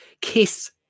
Kiss